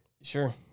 Sure